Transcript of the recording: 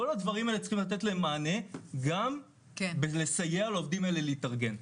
לכל הדברים האלה צריך לתת מענה ולסייע לעובדים האלה להתארגן.